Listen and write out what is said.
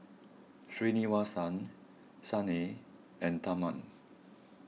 Srinivasa Saina and Tharman